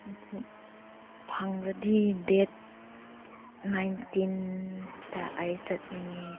ꯐꯪꯂꯗꯤ date ꯅꯥꯏꯟꯇꯤꯟꯗ ꯑꯩ ꯆꯠꯅꯤꯡꯉꯤ